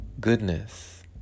Goodness